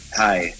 hi